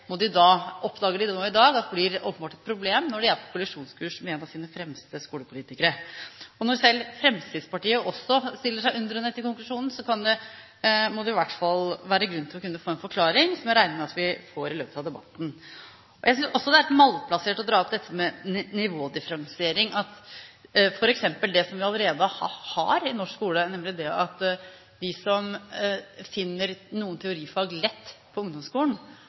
blir et problem når de er på kollisjonskurs med en av sine fremste skolepolitikere. Når selv Fremskrittspartiet også stiller seg undrende til konklusjonen, må det i hvert fall være grunn til å kunne få en forklaring, som jeg regner med at vi får i løpet av debatten. Jeg synes også det er litt malplassert å dra opp dette med nivådifferensiering, at f.eks. det vi allerede har i norsk skole, nemlig at de som finner noen teorifag lett på ungdomsskolen,